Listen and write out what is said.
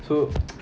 so